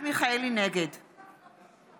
נגד